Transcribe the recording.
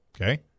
Okay